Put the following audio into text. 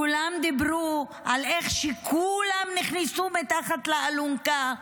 כולם דיברו על איך כולם נכנסו מתחת לאלונקה,